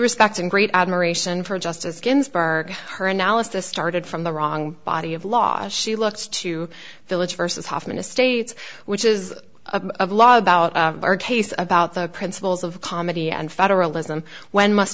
respect and great admiration for justice ginsburg her analysis started from the wrong body of law she looks to the village versus hoffman estates which is a law about our case about the principles of comedy and federalism when must